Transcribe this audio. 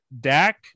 Dak